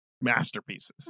masterpieces